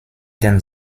den